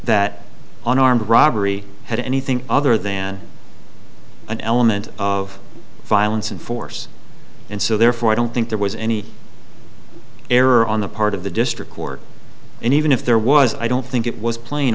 that on armed robbery had anything other than an element of violence and force and so therefore i don't think there was any error on the part of the district court and even if there was i don't think it was plain